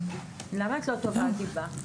למה את לא תובעת דיבה?